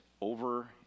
over